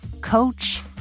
coach